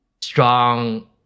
strong